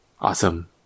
Awesome